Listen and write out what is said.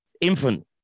Infant